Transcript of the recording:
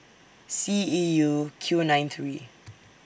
C E U Q nine three